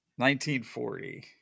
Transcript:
1940